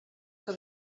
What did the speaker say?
que